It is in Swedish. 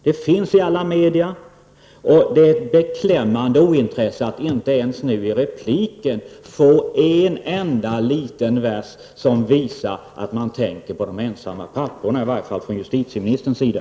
Det diskuteras i alla media. Det är ett beklämmande ointresse från justitieministerns sida att inte ens i repliken kunna säga en enda liten vers som visar att man tänker på de ensamma papporna, i varje fall från justitieministerns sida.